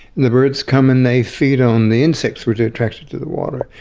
and the birds come and they feed on the insects which are attracted to the water,